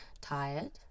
tired